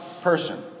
person